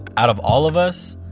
out of all of us,